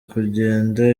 kugenda